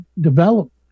develop